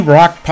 Rock